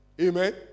Amen